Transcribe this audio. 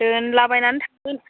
दोनला बायनानै थांगोन